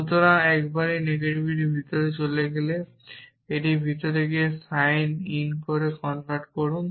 সুতরাং একবার এই নেগেটিভটি ভিতরে চলে গেলে এটি ভিতরে গিয়ে সাইন ইন করে কনভার্ট করুন